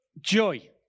joy